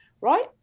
right